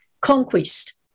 conquest